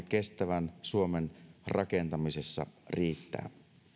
kestävän suomen rakentamisessa riittää